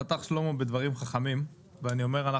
פתח שלמה בדברים חכמים ואני אומר,